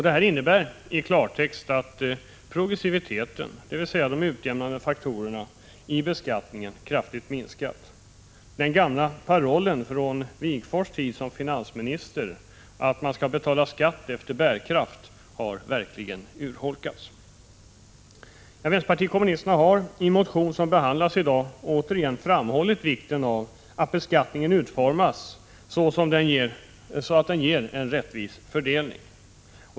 Detta innebär i klartext att progressiviteten, dvs. de utjämnande faktorerna, i beskattningen kraftigt minskat. Tillämpningen av den gamla parollen från Wigforss tid som finansminister, att man skall betala skatt efter bärkraft, har verkligen urholkats. Vänsterpartiet kommunisterna har i en motion som behandlas i dag återigen framhållit vikten av att beskattningen utformas så att den ger en rättvis fördelning.